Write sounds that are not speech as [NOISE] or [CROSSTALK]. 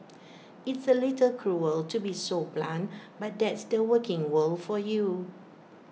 [NOISE] it's A little cruel to be so blunt but that's the working world for you